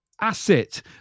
asset